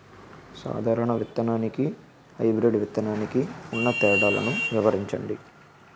సాధారణ విత్తననికి, హైబ్రిడ్ విత్తనానికి ఉన్న తేడాలను వివరించండి?